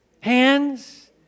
Hands